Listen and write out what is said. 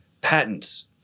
patents